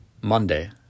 Monday